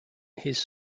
his